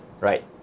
right